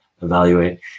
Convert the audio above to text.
evaluate